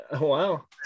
Wow